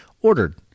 ordered